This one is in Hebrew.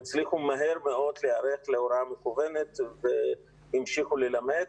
שהם הצליחו מהר מאוד להיערך להוראה מקוונת והמשיכו ללמד.